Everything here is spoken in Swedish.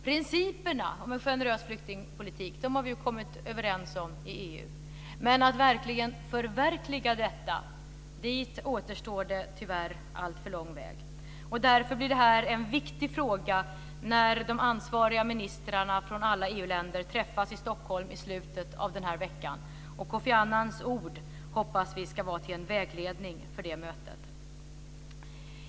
Principerna om en generös flyktingpolitik har vi ju kommit överens om i EU. Men för att verkligen förverkliga detta återstår det tyvärr alltför lång väg. Därför blir det här en viktig fråga när de ansvariga ministrarna från alla EU-länder träffas i Stockholm i slutet av den här veckan. Vi hoppas att Kofi Annans ord ska vara en vägledning för det mötet.